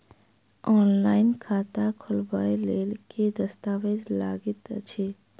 Online खाता खोलबय लेल केँ दस्तावेज लागति अछि?